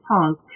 punk